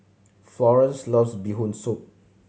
Florance loves Bee Hoon Soup